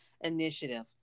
initiative